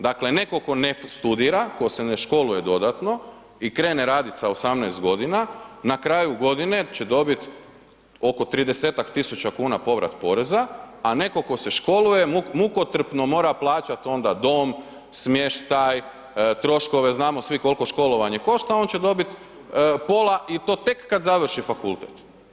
Dakle, netko tko ne studira, tko se ne školuje dodatno i krene raditi s 18 godina na kraju godine će dobiti oko 30 tisuća kuna povrat poreza, a netko tko se školuje mukotrpno mora plaćati onda dom, smještaj, troškove, znamo svi koliko školovanje košta, on će dobiti pola i to tek kad završi fakultet?